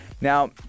Now